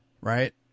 Right